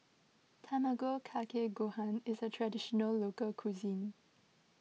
Tamago Kake Gohan is a Traditional Local Cuisine